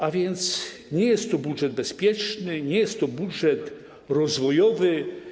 A więc nie jest to budżet bezpieczny, nie jest to budżet rozwojowy.